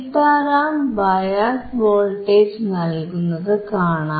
Sitaram bias voltage നൽകുന്നതു കാണാം